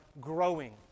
growing